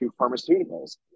pharmaceuticals